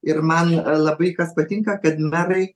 ir man labai kas patinka kad merai